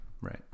right